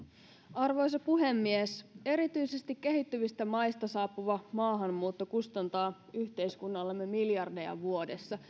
arvoisa puhemies erityisesti kehittyvistä maista saapuva maahanmuutto kustantaa yhteiskunnallemme miljardeja vuodessa